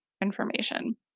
information